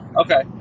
okay